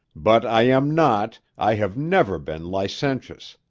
but i am not, i have never been licentious.